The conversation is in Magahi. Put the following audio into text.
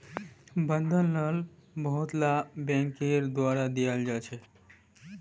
बंधक लोन बहुतला बैंकेर द्वारा दियाल जा छे